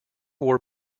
war